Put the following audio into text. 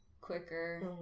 quicker